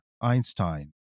Einstein